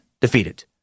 defeated